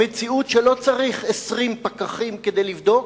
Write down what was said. המציאות היא שלא צריך 20 פקחים כדי לבדוק.